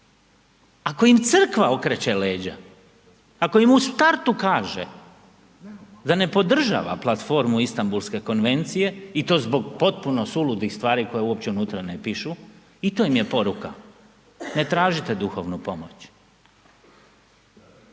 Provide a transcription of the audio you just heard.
ako im crkva okreće leđa, ako im u startu kaže da ne podržava platformu Istanbulske konvencije i to zbog potpuno suludih stvari koje uopće unutra ne pišu i to im je poruka. Na tražite duhovnu pomoć.